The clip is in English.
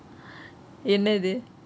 imagine